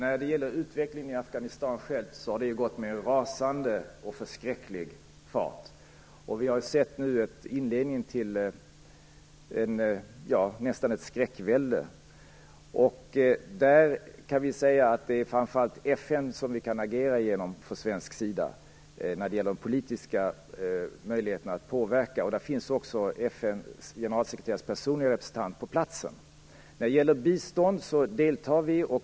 Fru talman! Utvecklingen i Afghanistan har gått med en rasande och förskräcklig fart. Vi har nu sett inledningen till vad man nästan kan kalla ett skräckvälde. Det är framför allt FN som vi kan agera genom från svensk sida när det gäller de politiska möjligheterna att påverka. FN:s generalsekreterares personliga representant finns också på platsen. När det gäller bistånd deltar vi.